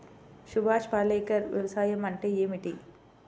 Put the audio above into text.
సుభాష్ పాలేకర్ వ్యవసాయం అంటే ఏమిటీ?